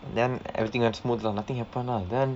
then everything went smooth lah nothing happen ah then